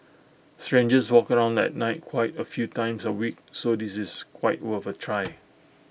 strangers walk around at night quite A few times A week so this is quite worth A try